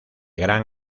gran